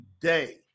today